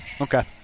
Okay